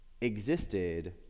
existed